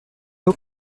eau